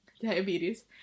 diabetes